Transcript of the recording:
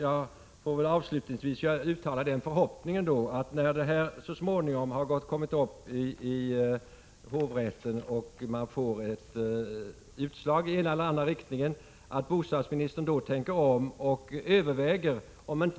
Jag får väl avslutningsvis uttala den förhoppningen att bostadsministern, när ärendet så småningom har kommit upp i hovrätten och man får ett utslag i ena eller andra riktningen, tänker om och överväger om inte